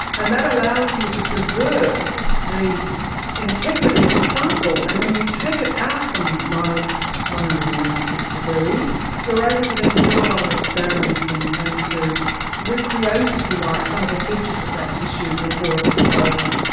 and that allows you to preserve the integrity of the sample. and when you take it out from one hundred and ninety six degrees you are able to then do a lot of experiments and and to recreate, if you like, some of the features of that tissue before it was frozen.